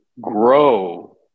grow